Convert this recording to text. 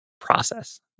process